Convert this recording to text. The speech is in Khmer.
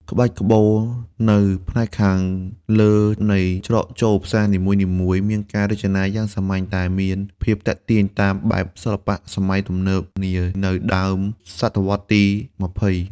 ក្បាច់ក្បូរនៅផ្នែកខាងលើនៃច្រកចូលផ្សារនីមួយៗ មានការរចនាយ៉ាងសាមញ្ញតែមានភាពទាក់ទាញតាមបែបសិល្បៈសម័យទំនើបនានៅដើមសតវត្សរ៍ទី ២០។